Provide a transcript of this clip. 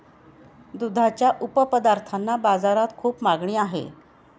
दुधाच्या उपपदार्थांना बाजारात खूप मागणी आहे